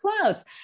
clouds